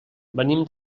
venim